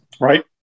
right